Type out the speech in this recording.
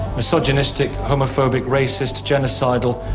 misogynistic, homophobic, racist, genocidal,